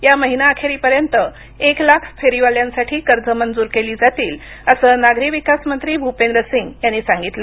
या महिनाअखेरीपर्यंत एक लाख फेरीवाल्यांसाठी कर्ज मंजूर केली जातील असं नागरी विकास मंत्री भूपेंद्र सिंग यांनी सांगितलं